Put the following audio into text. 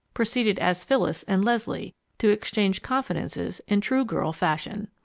proceeded as phyllis and leslie, to exchange confidences in true girl fashion.